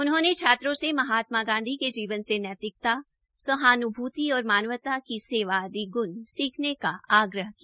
उन्होंने छात्रों से महात्मा गांधी के जीवन से नैतिकता सहानुभूति और मानवता की सेवा आदि गुण सीखने का आग्रह किया